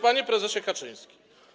Panie Prezesie Kaczyński!